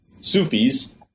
Sufis